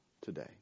today